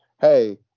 hey